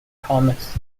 thomas